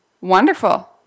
Wonderful